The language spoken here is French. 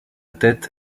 tête